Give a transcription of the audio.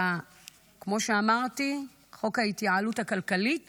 כמו שאמרתי, חוק ההתייעלות הכלכלית